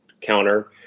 counter